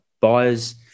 buyers